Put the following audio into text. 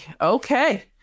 Okay